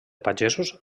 pagesos